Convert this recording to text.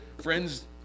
friends